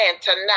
tonight